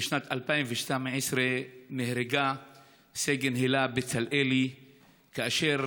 בשנת 2012 נהרגה סגן הילה בצלאלי כאשר